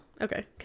okay